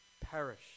perish